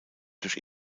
durch